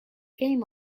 game